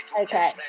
Okay